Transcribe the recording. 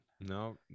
no